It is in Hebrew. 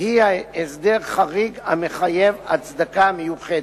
היא הסדר חריג המחייב הצדקה מיוחדת.